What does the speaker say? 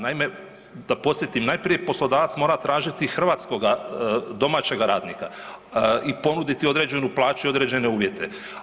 Naime da podsjetim, najprije poslodavac mora tražiti hrvatskoga domaćega radnika i ponuditi određenu plaću i određene uvjete.